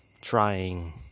trying